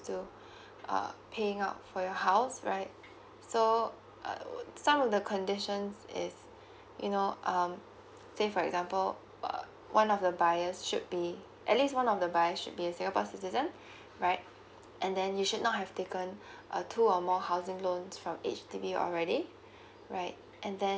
to uh paying up for your house right so err some of the conditions is you know um say for example uh one of the buyers should be at least one of the buyer should be singapore citizen right and then you should not have taken a two or more housing loans from H_D_B already right and then